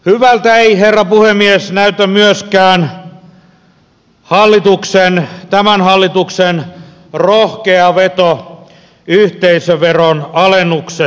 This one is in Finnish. hyvältä ei herra puhemies näytä myöskään tämän hallituksen rohkea veto yhteisöveron alennuksesta